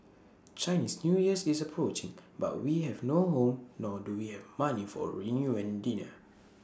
Chinese New Year is approaching but we have no home nor do we have money for A reunion dinner